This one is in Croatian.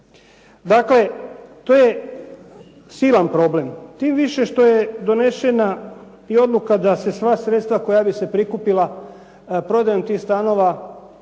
Dakle, to je silan problem tim više što je donešena i odluka da se sva sredstva koja bi se prikupila prodajom tih stanova